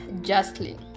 justly